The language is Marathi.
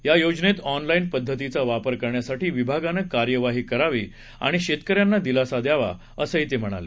या योजनेत ऑनलाईन पद्धतीचा वापर करण्यासाठी विभागानं कार्यवाही करावी आणि शेतकऱ्यांना दिलासा द्यावा असं ते म्हणाले